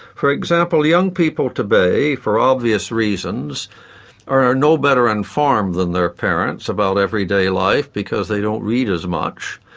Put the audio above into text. for example young people today for obvious reasons are are no better informed than their parents about everyday life because they don't read as much.